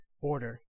order